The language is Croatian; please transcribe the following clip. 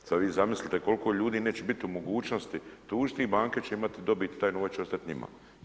Sad vi zamislite koliko ljudi neće biti u mogućnosti tužiti i banke će imati dobit, taj novac će ostati njima.